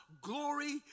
glory